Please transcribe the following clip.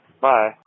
Bye